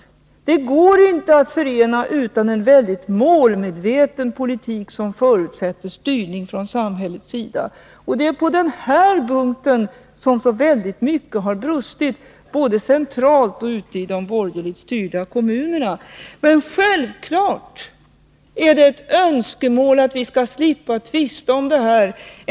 Detta går inte att förena utan en mycket målmedveten politik som förutsätter styrning från samhällets sida. På denna punkt har mycket brustit, både centralt och ute i de borgerligt styrda kommunerna. Men självfallet är det ett önskemål att vi skall slippa tvista om detta.